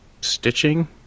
stitching